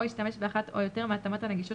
או ישתמש באחת או יותר מהתאמות הנגישות